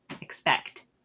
expect